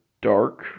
dark